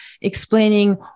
explaining